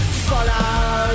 Follow